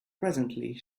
presently